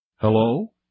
Hello